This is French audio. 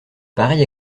pareille